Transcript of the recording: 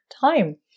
time